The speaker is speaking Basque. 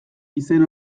izen